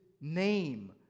name